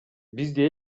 бизди